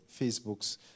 Facebooks